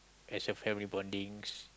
as a family bondings